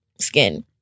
skin